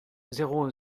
zéro